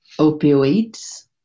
opioids